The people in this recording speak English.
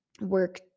work